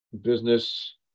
business